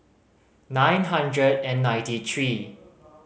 nine hundred and ninety three